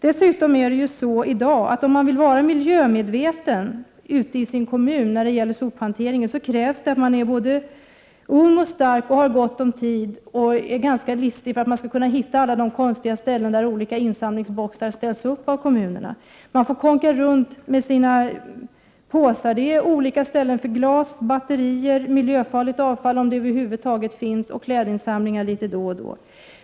Dessutom är det så i dag att om man när det gäller sophantering vill vara miljömedveten ute i sin kommun så krävs det att man är ung och stark och har gott om tid och är ganska listig för att man skall kunna hitta alla de konstiga ställen där olika uppsamlingsboxar ställs upp av kommunen. Man får kånka runt med sina påsar. Man har olika uppsamlingsställen för glas, batterier, miljöfarligt avfall — om uppsamlingsboxar för sådant över huvud taget finns — och för klädinsamlingar litet då och då.